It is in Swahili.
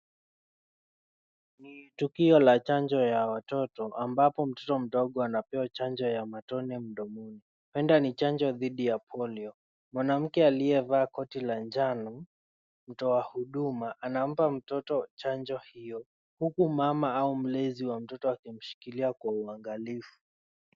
Ni tukio la chanjo la watoto ambapo mtoto mdogo anapewa chanjo ya matone mdomoni. Huenda ni chanjo dhidi ya polio. Mwanamke aliyevaa koti la njano, mtoa huduma, anampa mtoto chanjo hiyo huku mama mlezi wa mtoto akimshikilia kwa uangalifu.